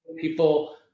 people